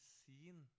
seen